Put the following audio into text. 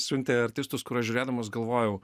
siuntė artistus į kuriuos žiūrėdamas galvojau